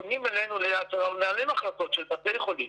פונים אלינו ל"יד שרה", מנהלי מחלקות של בתי חולים